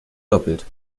doppelt